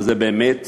והם באמת